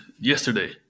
yesterday